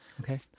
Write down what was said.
Okay